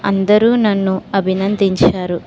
అందరూ నన్ను అభినందించారు